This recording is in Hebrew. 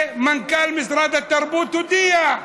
ומנכ"ל משרד התרבות הודיע: